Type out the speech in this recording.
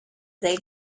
they